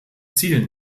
ziel